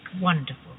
Wonderful